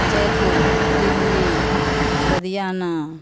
Jaipur Delhi Ludhiana